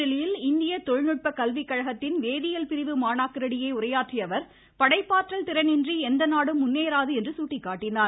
புதுதில்லியில் இந்திய தொழில்நுட்ப கல்வி கழகத்தின் வேதியியல் பிரிவு மாணாக்கரிடையே உரையாற்றிய அவர் படைப்பாற்றல் திறன் இன்றி எந்த நாடும் முன்னேறாது என்று சுட்டிக்காட்டினார்